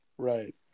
Right